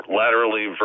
laterally